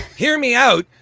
hear me out.